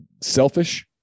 selfish